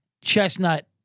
Chestnut